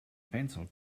pencil